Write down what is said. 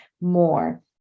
more